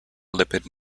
lipid